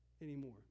anymore